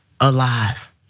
alive